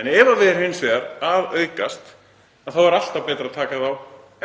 En ef þau eru hins vegar að aukast þá er alltaf betra að taka